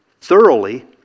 thoroughly